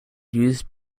used